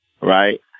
right